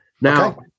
Now